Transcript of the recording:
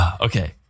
Okay